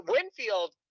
Winfield